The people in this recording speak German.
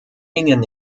ihnen